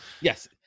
Yes